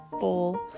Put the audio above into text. bowl